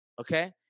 Okay